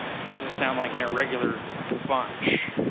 doesn't sound like an irregular bunch.